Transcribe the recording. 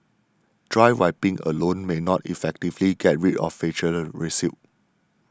dry wiping alone may not effectively get rid of faecal residue